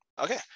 Okay